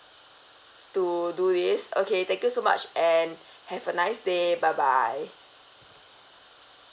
to do this okay thank you so much and have a nice day bye bye